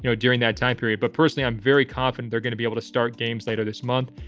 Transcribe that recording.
you know during that time period. but personally, i'm very confident they're going to be able to start games later this month.